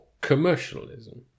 commercialism